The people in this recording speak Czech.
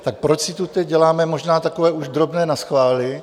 Tak proč si tu teď děláme možná takové už drobné naschvály?